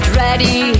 ready